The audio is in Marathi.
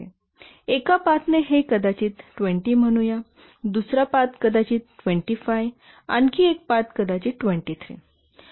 एका पाथने हे कदाचित 20 म्हणूया दुसरा पाथ कदाचित 25 आणखी एक पाथ कदाचित 23